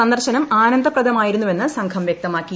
സന്ദർശനം ആനന്ദപ്രദമായിരുന്നുവെന്ന് സംഘം വൃക്തമാക്കി